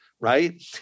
right